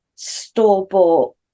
store-bought